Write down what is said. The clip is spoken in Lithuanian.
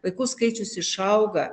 vaikų skaičius išauga